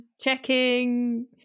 checking